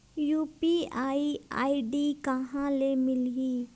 UPI ID कहां ले मिलही?